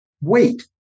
Wait